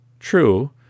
True